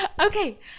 okay